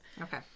Okay